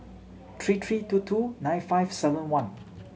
three three two two nine five seven one